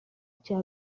cya